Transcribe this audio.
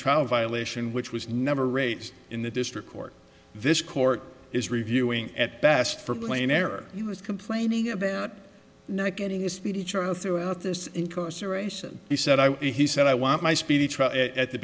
trial violation which was never raised in the district court this court is reviewing at best for plain error he was complaining about not getting a speedy children throughout this incarceration he said i he said i want my speedy trial at the